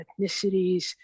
ethnicities